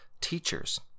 teachers